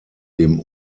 dem